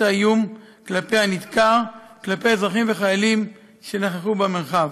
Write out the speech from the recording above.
האיום כלפי הנדקר וכלפי אזרחים וחיילים שנכחו במרחב.